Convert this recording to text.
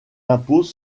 impôts